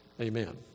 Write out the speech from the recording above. Amen